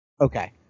okay